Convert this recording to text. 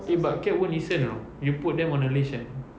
eh but cat won't listen [tau] you put them on a leash kan